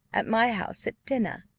at my house at dinner,